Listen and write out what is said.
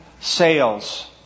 sales